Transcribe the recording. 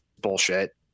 bullshit